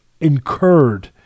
incurred